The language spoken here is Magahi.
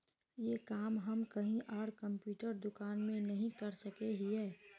ये काम हम कहीं आर कंप्यूटर दुकान में नहीं कर सके हीये?